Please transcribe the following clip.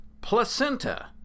placenta